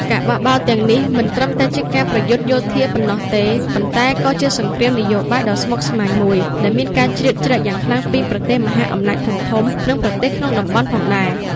ការបះបោរទាំងនេះមិនត្រឹមតែជាការប្រយុទ្ធយោធាប៉ុណ្ណោះទេ ប៉ុន្តែក៏ជាសង្គ្រាមនយោបាយដ៏ស្មុគស្មាញមួយ ដែលមានការជ្រៀតជ្រែកយ៉ាងខ្លាំងពីប្រទេសមហាអំណាចធំៗ និងប្រទេសក្នុងតំបន់ផងដែរ។